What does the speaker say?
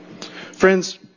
Friends